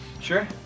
Sure